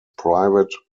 private